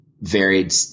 varied